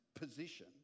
position